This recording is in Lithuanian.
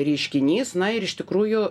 reiškinys na ir iš tikrųjų